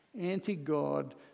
anti-God